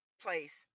place